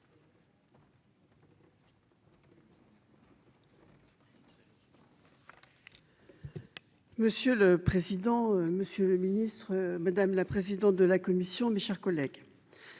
Monsieur le président, monsieur le ministre, madame la présidente de la commission. Mes chers collègues.